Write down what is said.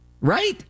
Right